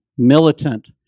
militant